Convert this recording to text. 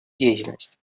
деятельности